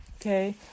okay